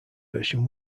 version